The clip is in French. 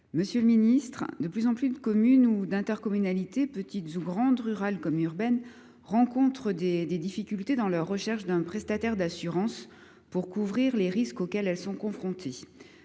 Monsieur le ministre, de plus en plus de communes et d’intercommunalités, petites ou grandes, rurales comme urbaines, rencontrent des difficultés dans leur recherche d’un prestataire d’assurance pour couvrir les risques auxquels elles sont confrontées.